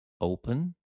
open